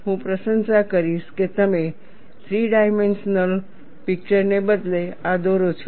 હું પ્રશંસા કરીશ કે તમે થ્રી ડાઈમેન્શનલ પીકચરને બદલે આ દોરો છો